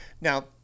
Now